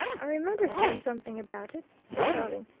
i remember seeing something about it, said tarling,